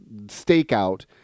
stakeout